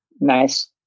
Nice